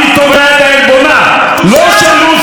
אני לא תובע את עלבונה של לוסי,